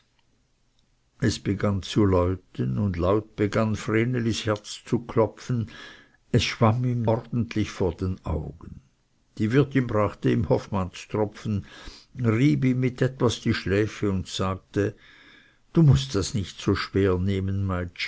es begann zu läuten und laut begann vrenelis herz zu klopfen es schwamm ihm ordentlich vor den augen die wirtin brachte ihm hoffmannstropfen rieb ihm mit etwas die schläfe und sagte du mußt das nicht so schwer nehmen